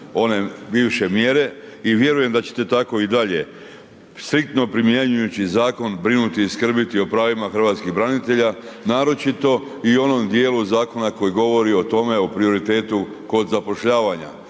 one bivše mjere i vjerujem da ćete tako i dalje striktno primjenjujući zakon brinuti i skrbiti o pravima hrvatskih branitelja, naročito i o onom dijelu zakona koji govori o tome, o prioritetu kod zapošljavanja,